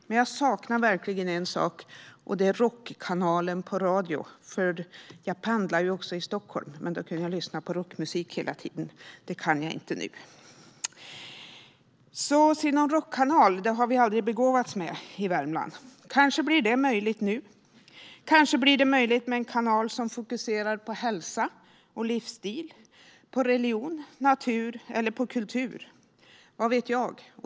Men jag saknar verkligen en sak, och det är rockkanalen på radio. Jag pendlade ju också i Stockholm, men då kunde jag lyssna på rockmusik hela tiden; det kan jag inte nu. Någon rockkanal har vi aldrig begåvats med i Värmland. Kanske blir det möjligt nu. Kanske blir det möjligt med en kanal som fokuserar på hälsa och livsstil, religion, natur eller kultur - vad vet jag?